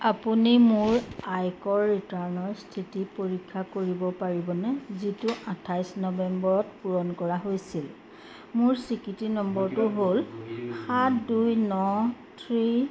আপুনি মোৰ আয়কৰ ৰিটাৰ্ণৰ স্থিতি পৰীক্ষা কৰিব পাৰিবনে যিটো আঠাইছ নৱেম্বৰত পূৰণ কৰা হৈছিল মোৰ স্বীকৃতি নম্বৰটো হ'ল সাত দুই ন থ্ৰী